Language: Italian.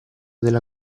della